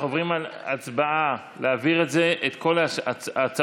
אנחנו עוברים להצבעה להעביר את כל ההצעות